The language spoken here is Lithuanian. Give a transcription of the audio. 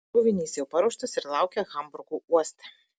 krovinys jau paruoštas ir laukia hamburgo uoste